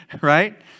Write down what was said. right